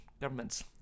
Governments